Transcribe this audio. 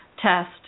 test